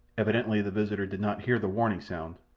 evidently the visitor did not hear the warning sound,